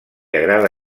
agrada